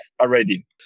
already